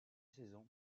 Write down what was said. saison